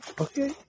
Okay